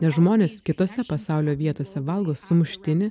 nes žmonės kitose pasaulio vietose valgo sumuštinį